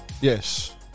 Yes